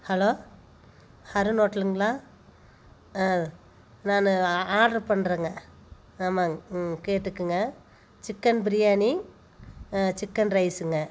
hello Arun ஹோட்டலுங்களா ஆ நான் ஆட்ரு பண்றேனுங்க ஆமா கேட்டுக்குங்க சிக்கன் பிரியாணி சிக்கன் ரைஸுங்க